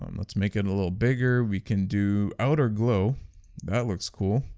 um let's make it a little bigger we can do outer glow that looks cool,